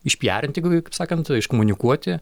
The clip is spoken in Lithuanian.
išpiarinti gal kaip sakant iškomunikuoti